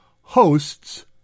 hosts